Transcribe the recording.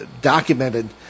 documented